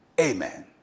amen